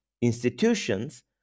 institutions